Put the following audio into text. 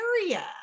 area